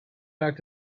back